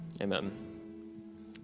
Amen